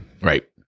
right